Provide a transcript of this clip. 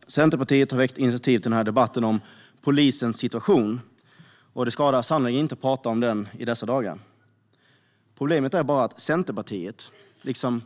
Herr talman! Centerpartiet har väckt initiativ till den här debatten om polisens situation. Det skadar sannerligen inte att prata om den i dessa dagar. Problemet är bara att Centerpartiet, liksom